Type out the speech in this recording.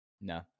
No